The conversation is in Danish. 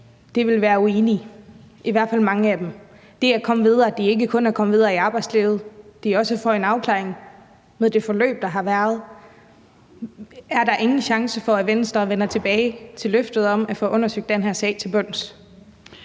dag, vil være uenige – i hvert fald mange af dem. Det handler ikke kun om at komme videre i arbejdslivet, det handler også om at få en afklaring af det forløb, der har været. Er der ingen chance for, at Venstre vender tilbage til løftet om at få undersøgt den her sag til bunds?